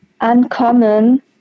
uncommon